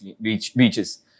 beaches